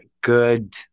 good